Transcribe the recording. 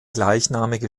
gleichnamige